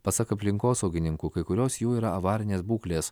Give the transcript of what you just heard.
pasak aplinkosaugininkų kai kurios jų yra avarinės būklės